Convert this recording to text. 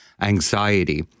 anxiety